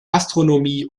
astronomie